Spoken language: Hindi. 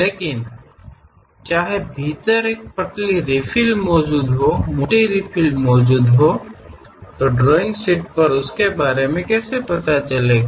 लेकिन चाहे भीतर एक पतली रिफिल मौजूद हो मोटी रिफिल मौजूद हो ड्राइंग शीट पर उसके बारे में कैसे पता चलेगा